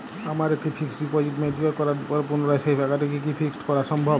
আমার একটি fixed deposit mature করার পর পুনরায় সেই টাকাটিকে কি ফিক্সড করা সম্ভব?